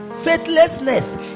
faithlessness